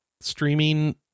streaming